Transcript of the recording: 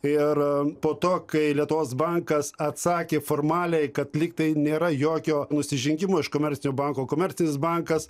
ir po to kai lietuvos bankas atsakė formaliai kad lygtai nėra jokio nusižengimo iš komercinio banko komercinis bankas